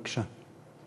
בבקשה.